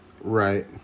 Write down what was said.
Right